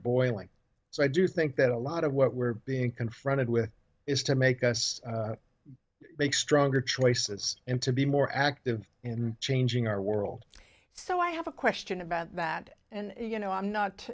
boiling so i do think that a lot of what we're being confronted with is to make us make stronger choices and to be more active in changing our world so i have a question about that and you know i'm not